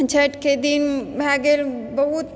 छैठके दिन भए गेल बहुत